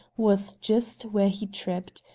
was just where he tripped.